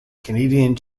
canadian